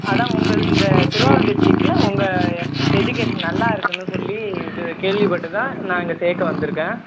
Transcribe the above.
அதுதான் உங்கள் இந்த திருவாரூர் டிஸ்ட்ரிக்கில் உங்கள் எஜுகேஷன் நல்லா இருக்கும்னு சொல்லி இது கேள்விப்பட்டு தான் நான் இங்கே சேர்க்க வந்திருக்கேன்